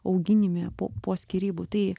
auginime po po skyrybų tai